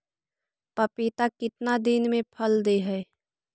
पपीता कितना दिन मे फल दे हय?